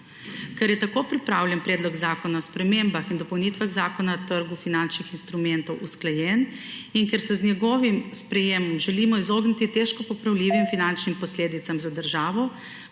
Ker je tako pripravljen Predlog zakona o spremembah in dopolnitvah Zakona o trgu finančnih instrumentov usklajen in ker se z njegovim sprejemom želimo izogniti težko popravljivim finančnim posledicam za državo,